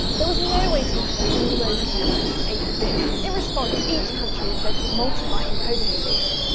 there was no way to encode all those characters in eight bits! in response, each country invented multi-byte encoding schemes,